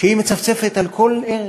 שהיא מצפצפת על כל ערך.